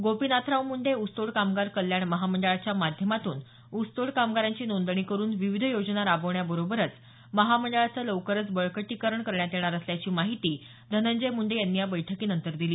गोपीनाथराव मुंडे ऊसतोड कामगार कल्याण महामंडळाच्या माध्यमातून ऊसतोड कामगारांची नोंदणी करून विविध योजना राबवण्याबरोबरच महामंडळाचे लवकरच बळकटीकरण करण्यात येणार असल्याची माहिती धनंजय मुंडे यांनी या बैठकीनंतर दिली